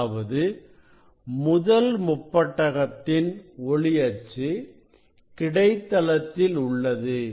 அதாவது முதல் முப்பட்டகத்தின் ஒளி அச்சு கிடைத்தளத்தில் உள்ளது